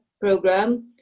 program